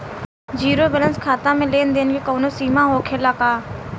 Zero balance खाता में लेन देन के कवनो सीमा होखे ला का?